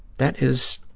that is